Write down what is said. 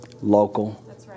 Local